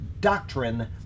doctrine